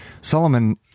Solomon